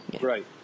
right